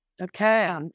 Okay